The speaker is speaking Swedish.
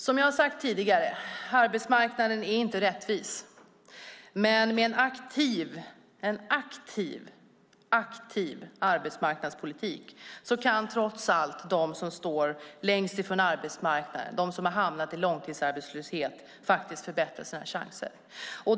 Som jag har sagt tidigare: Arbetsmarknaden är inte rättvis, men med en verkligt aktiv arbetsmarknadspolitik kan trots allt de som står längst ifrån arbetsmarknaden, de som har hamnat i långtidsarbetslöshet, förbättra sina chanser.